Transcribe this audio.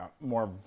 more